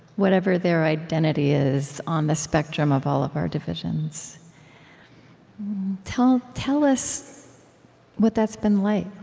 whatever their identity is on the spectrum of all of our divisions tell tell us what that's been like,